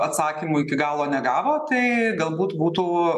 atsakymų iki galo negavo tai galbūt būtų